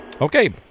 Okay